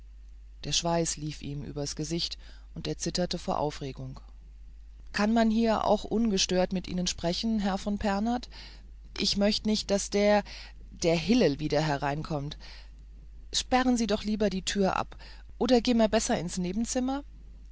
der schweiß lief ihm übers gesicht und er zitterte vor aufregung kann man hier auch ungestört mit ihnen sprechen herr von pernath ich möcht nicht daß der der hillel wieder hereinkommt sperren sie doch lieber die tür ab oder geh'mer besser ins nebenzimmer